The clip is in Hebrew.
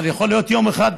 אבל יכול להיות שיום אחד,